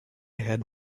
had